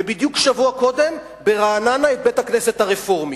ובדיוק שבוע קודם ברעננה את בית-הכנסת הרפורמי.